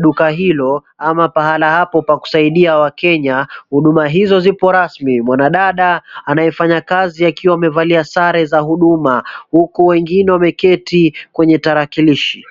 duka hilo ama pahala hapo pa kusaidia wakenya, huduma hizo zipo rasmi. Mwanadada anayefanya kazi akiwa amevalia sare za huduma huku wengine wameketi kwenye tarakilishi